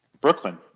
Brooklyn